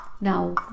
now